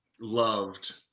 loved